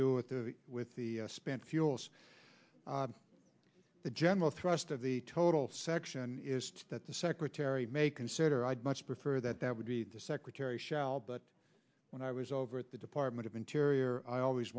do with the with the spent fuel the general thrust of the total section is that the secretary may consider i'd much prefer that that would be the secretary shell but when i was over at the department of interior i always